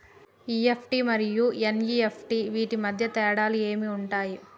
EFT మరియు NEFT వీటి మధ్య తేడాలు ఏమి ఉంటాయి?